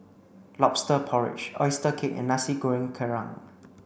lobster porridge oyster cake and Nasi Goreng Kerang